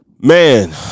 Man